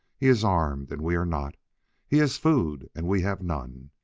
he is armed, and we are not he has food, and we have none.